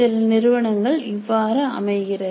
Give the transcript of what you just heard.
சில நிறுவனங்கள் இவ்வாறு அமைகிறது